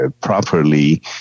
properly